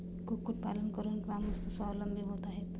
कुक्कुटपालन करून ग्रामस्थ स्वावलंबी होत आहेत